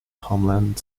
homeland